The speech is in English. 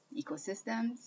ecosystems